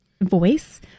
voice